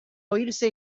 oírse